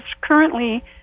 currently